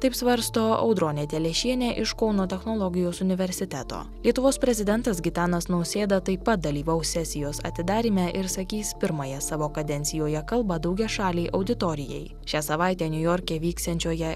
taip svarsto audronė telešienė iš kauno technologijos universiteto lietuvos prezidentas gitanas nausėda taip pat dalyvaus sesijos atidaryme ir sakys pirmąją savo kadencijoje kalbą daugiašalei auditorijai šią savaitę niujorke vyksiančioje